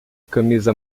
camisa